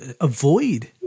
avoid